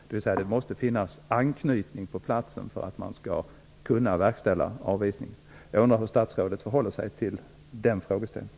Det måste finnas en personlig anknytning på platsen för att kunna verkställa en avvisning. Jag undrar hur statsrådet förhåller sig till den frågeställningen.